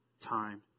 time